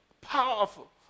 Powerful